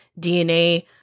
DNA